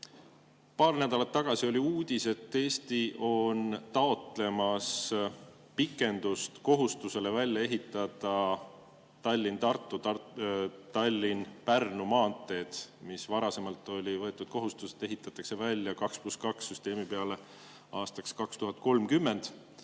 Paar nädalat tagasi oli uudis, et Eesti on taotlemas pikendust kohustusele ehitada välja Tallinna–Tartu ja Tallinna–Pärnu maanteed. Varasemalt oli võetud kohustus, et ehitatakse välja 2 + 2 süsteem aastaks 2030.